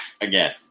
Again